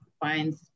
finds